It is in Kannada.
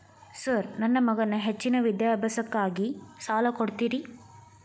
ಸರ್ ನನ್ನ ಮಗನ ಹೆಚ್ಚಿನ ವಿದ್ಯಾಭ್ಯಾಸಕ್ಕಾಗಿ ಸಾಲ ಕೊಡ್ತಿರಿ?